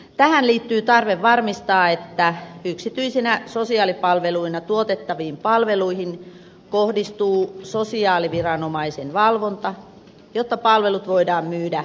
tähän liittyy tarve varmistaa että yksityisinä sosiaalipalveluina tuotettaviin palveluihin kohdistuu sosiaaliviranomaisen valvonta jotta palvelut voidaan myydä arvonlisäverottomina